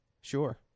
Sure